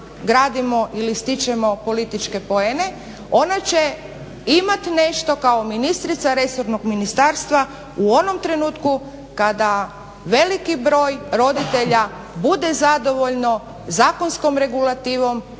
gradimo ili stičemo političke poene. Ona će imat nešto kao ministrica resornog ministarstva u onom trenutku kada veliki broj roditelja bude zadovoljno zakonskom regulativom